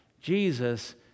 Jesus